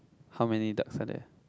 how many ducks are there